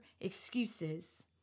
excuses